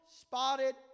spotted